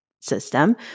system